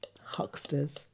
Hucksters